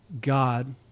God